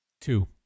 Two